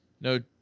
no